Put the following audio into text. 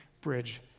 bridge